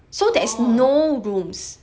oh